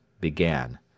began